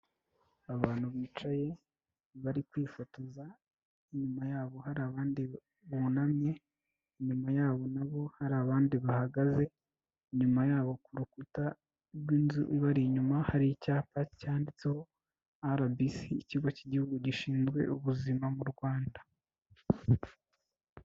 Abantu bicaye bari kwifotoza inyuma yabo hari abandi bunamye, inyuma yabo nabo hari abandi bahagaze, inyuma yabo ku rukuta rw'inzu ibari inyuma hari icyapa cyanditseho rbc, ikigo k'igihugu gishinzwe ubuzima mu Rwanda.